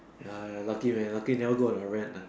ah lucky man lucky never go on a rant uh